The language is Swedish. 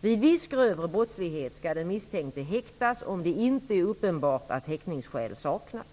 Vid viss grövre brottslighet skall den misstänkte häktas om det inte är uppenbart att häktningsskäl saknas.